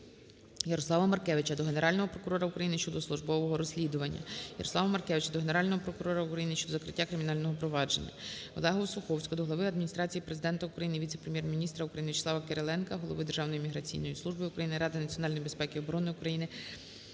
Ярослава Маркевича до Генерального прокурора України щодо службового розслідування. ЯрославаМарчкевича до Генерального прокурора України щодо закриття кримінального провадження. ОлегаОсуховського до глави Адміністрації Президента України, віце-прем'єр-міністра України В’ячеслава Кириленка, голови Державної міграційної служби України, Ради національної безпеки і оборони України,